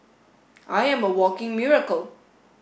I am a walking miracle